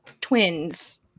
twins